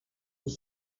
pour